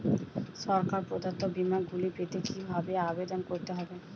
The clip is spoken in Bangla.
সরকার প্রদত্ত বিমা গুলি পেতে কিভাবে আবেদন করতে হবে?